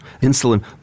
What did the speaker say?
Insulin